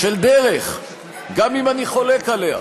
של דרך, גם אם אני חולק עלי.